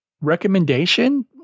Recommendation